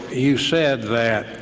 you said that